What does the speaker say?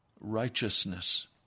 righteousness